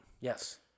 Yes